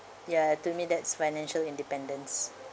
ya to me that's financial independence